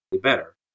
better